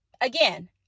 Again